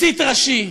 מסית ראשי,